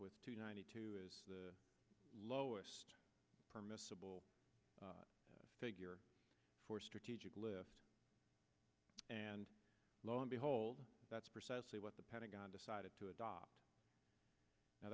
with two ninety two is the lowest permissible figure for strategic lift and lo and behold that's precisely what the pentagon decided to adopt